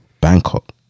Bangkok